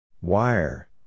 Wire